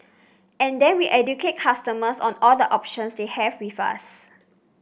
and then we educate customers on all the options they have with us